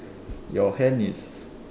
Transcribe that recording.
your hand is